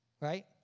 Right